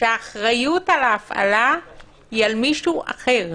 שהאחריות על ההפעלה היא על מישהו אחר.